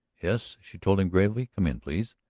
yes, she told him gravely. come in, please.